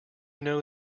know